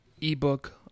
ebook